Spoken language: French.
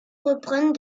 reprennent